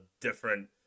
different